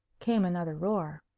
came another roar.